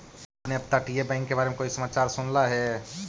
आपने अपतटीय बैंक के बारे में कोई समाचार सुनला हे